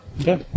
Okay